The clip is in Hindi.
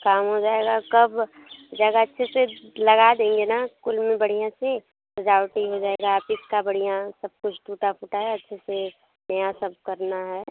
काम हो जाएगा कब जब अच्छे से लगा देंगे ना कुल में बढ़िया से सजावटी हो जाएगा आफिस का बढ़िया सब कुछ टूटा फूटा है अच्छे से यहाँ सब करना है